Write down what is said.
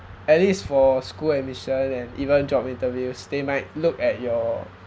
at least for school admission and even job interviews they might look at your